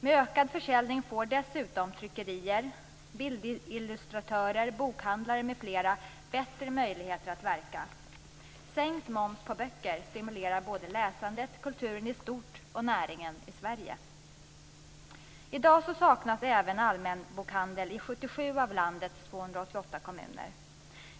Med ökad försäljning får dessutom tryckerier, bildillustratörer, bokhandlare, m.fl. bättre möjligheter att verka. Sänkt moms på böcker stimulerar läsandet, kulturen i stort och näringen i Sverige. I dag saknas även allmänbokhandel i 77 av landets 288 kommuner.